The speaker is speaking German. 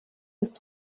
bis